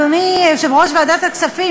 אדוני יושב-ראש ועדת הכספים,